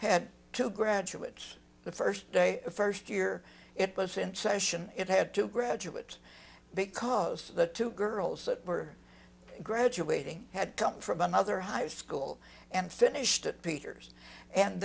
had to graduates the first day the first year it was in session it had to graduate because the two girls that were graduating had come from another high school and finished it peters and